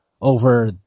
over